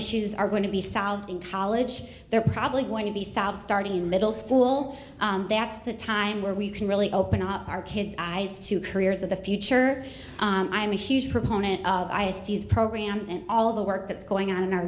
issues are going to be solved in college they're probably going to be solved starting in middle school that's the time where we can really open up our kids eyes to careers of the future i'm a huge proponent of i have these programs and all the work that's going on in our